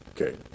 Okay